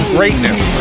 Greatness